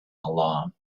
alarm